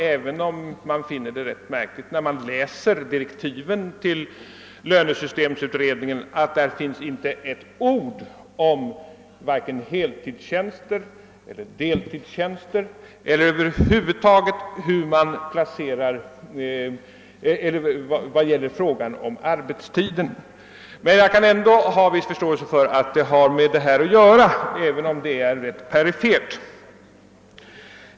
Även om jag finner det rätt märkligt, när jag läser direktiven till lönesystemsutredningen, att där inte finns ett ord vare sig om heltidstjänster eller om deltidstjänster eller över huvud taget om arbetstider, kan jag ha viss förståelse för att den har med detta problem att göra, låt vara rätt perifert.